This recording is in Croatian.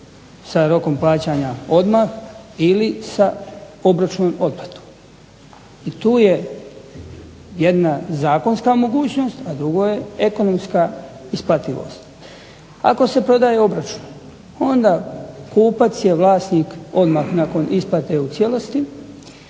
sa rokom plaćanja odmah, ili sa obročnom otplatom, i tu je jedna zakonska mogućnost, a drugo je ekonomska isplativost. Ako se prodaje obročno onda kupac je vlasnik odmah nakon isplate u cijelosti,